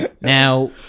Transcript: Now